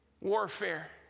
warfare